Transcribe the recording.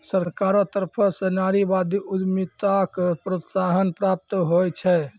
सरकारो तरफो स नारीवादी उद्यमिताक प्रोत्साहन प्राप्त होय छै